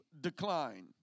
decline